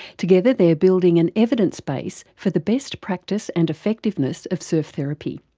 together they're building an evidence base for the best practice and effectiveness of surf therapy.